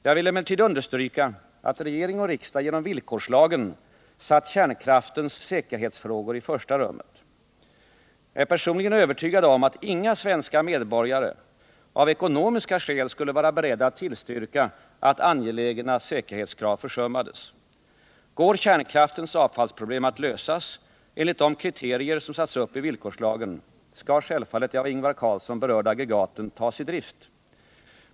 Jag vill emellertid understryka, att regering och riksdag genom villkorslagen satt kärnkraftens säkerhetsfrågor i första rummet. Jag är personligen övertygad om att inga svenska medborgare av ekonomiska skäl skulle vara beredda att tillstyrka att angelägna säkerhetskrav försummades. Går kärnkraftens avfallsproblem att lösa enligt de kriterier som satts upp i villkorslagen, skall självfallet de av Ingvar Carlsson berörda aggregaten tas i drift.